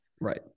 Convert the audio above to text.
Right